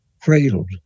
cradled